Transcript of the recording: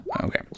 okay